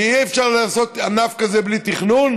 כי אי-אפשר לעשות ענף כזה בלי תכנון,